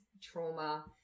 trauma